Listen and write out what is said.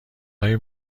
های